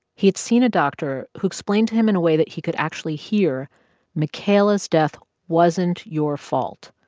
he had seen a doctor who explained to him in a way that he could actually hear makayla's death wasn't your fault.